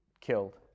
killed